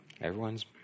Everyone's